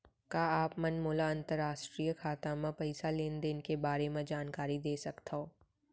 का आप मन मोला अंतरराष्ट्रीय खाता म पइसा लेन देन के बारे म जानकारी दे सकथव?